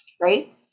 Right